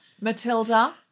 Matilda